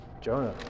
jonah